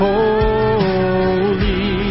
Holy